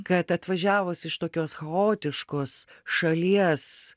kad atvažiavus iš tokios chaotiškos šalies